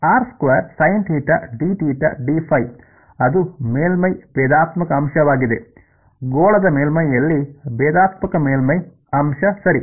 ಅದು ಮೇಲ್ಮೈ ಭೇದಾತ್ಮಕ ಅಂಶವಾಗಿದೆ ಗೋಳದ ಮೇಲ್ಮೈಯಲ್ಲಿ ಭೇದಾತ್ಮಕ ಮೇಲ್ಮೈ ಅಂಶ ಸರಿ